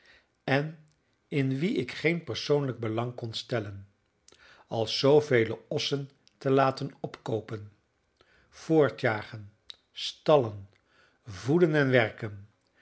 en in wie ik geen persoonlijk belang kon stellen als zoovele ossen te laten opkoopen voortjagen stallen voeden en werken